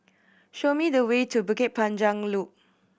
show me the way to Bukit Panjang Loop